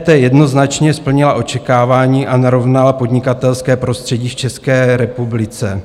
EET jednoznačně splnila očekávání a narovnala podnikatelské prostředí v České republice.